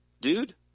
dude